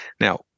Now